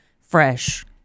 fresh